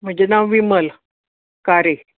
म्हजें नांव विमल कारे